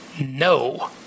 no